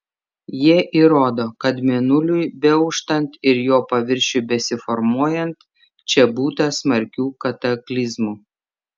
jie įrodo kad mėnuliui beauštant ir jo paviršiui besiformuojant čia būta smarkių kataklizmų